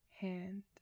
hand